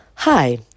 Hi